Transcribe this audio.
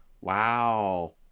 wow